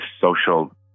social